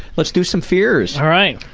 let's do some fears! all right.